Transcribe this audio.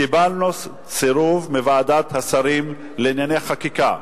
קיבלנו סירוב מוועדת השרים לענייני חקיקה.